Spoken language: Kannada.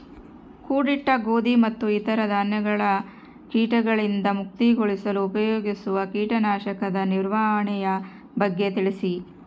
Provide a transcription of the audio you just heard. ಕೂಡಿಟ್ಟ ಗೋಧಿ ಮತ್ತು ಇತರ ಧಾನ್ಯಗಳ ಕೇಟಗಳಿಂದ ಮುಕ್ತಿಗೊಳಿಸಲು ಉಪಯೋಗಿಸುವ ಕೇಟನಾಶಕದ ನಿರ್ವಹಣೆಯ ಬಗ್ಗೆ ತಿಳಿಸಿ?